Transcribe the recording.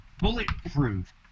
bulletproof